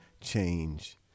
change